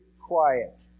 quiet